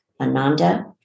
Ananda